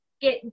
get